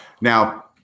Now